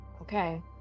Okay